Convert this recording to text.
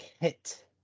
hit